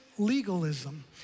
legalism